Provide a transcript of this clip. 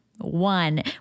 one